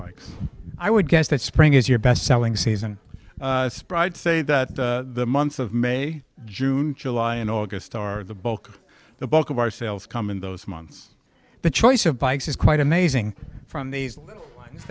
bikes i would guess that spring is your best selling season spryte say that the month of may june july and august are the book the bulk of our sales come in those months the choice of bikes is quite amazing from these